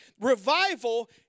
revival